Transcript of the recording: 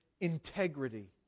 integrity